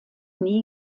nie